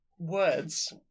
words